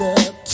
up